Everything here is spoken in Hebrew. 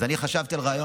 אז אני חשבתי על רעיון,